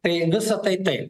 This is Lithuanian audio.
tai visa tai taip